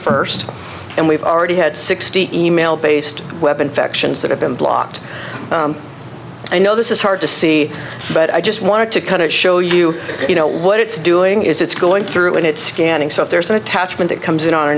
first and we've already had sixty e mail based weapon factions that have been blocked i know this is hard to see but i just wanted to kind of show you you know what it's doing is it's going through and it's scanning so if there's an attachment it comes in